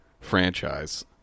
franchise